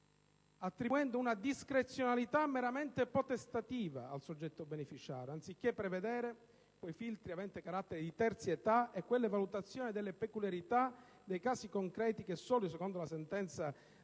attribuendo una discrezionalità meramente potestativa al soggetto beneficiario, anziché prevedere quei filtri aventi carattere di terzietà e quelle valutazioni delle peculiarità dei casi concreti che solo, secondo la sentenza